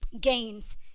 gains